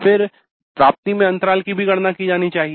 फिर प्राप्ति में अंतराल की भी गणना की जानी चाहिए